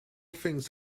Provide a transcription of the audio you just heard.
things